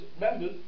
members